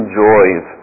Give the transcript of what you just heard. joys